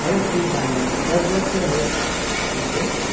अरे फीस है हमारे पास दस हज़ार रुपये है फीस है